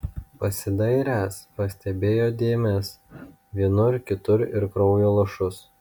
pasidairęs pastebėjo dėmes vienur kitur ir kraujo lašus